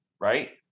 right